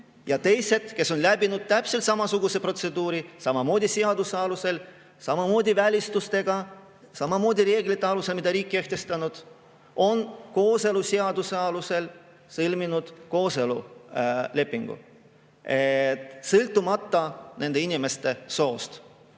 Ja teised, kes on läbinud täpselt samasuguse protseduuri, samamoodi seaduse alusel, samamoodi välistustega, samamoodi reeglite alusel, mis riik on kehtestanud, on kooseluseaduse alusel sõlminud kooselulepingu, sõltumata oma soost.